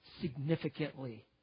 significantly